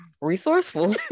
Resourceful